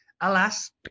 alas